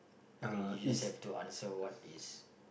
I mean you just have to answer what is